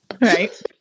Right